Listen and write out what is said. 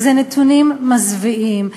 ואלה נתונים מזוויעים: